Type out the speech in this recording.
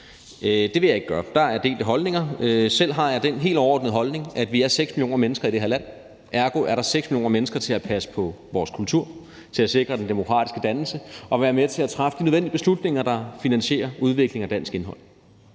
Det vil jeg ikke gøre. Der er delte holdninger. Selv har jeg den helt overordnede holdning, at vi er 6 millioner mennesker i det her land. Ergo er der 6 millioner mennesker til at passe på vores kultur og til at sikre den demokratiske dannelse og være med til at træffe de nødvendige beslutninger, der finansierer udviklingen af dansk indhold.